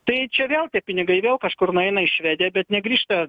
tai čia vėl tie pinigai vėl kažkur nueina į švediją bet negrįžta